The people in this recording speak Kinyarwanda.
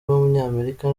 w’umunyamerika